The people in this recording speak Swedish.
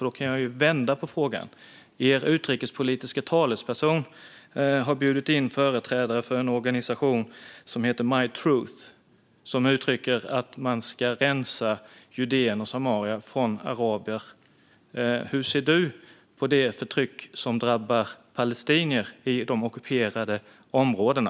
Jag kan ju vända på frågan: Er utrikespolitiska talesperson har bjudit in företrädare för en organisation som heter My Truth, som uttrycker att man ska rensa Judeen och Samarien från araber. Hur ser du, Ingemar Kihlström, på det förtryck som drabbar palestinier i de ockuperade områdena?